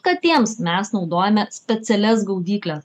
katėms mes naudojame specialias gaudykles